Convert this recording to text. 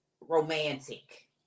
romantic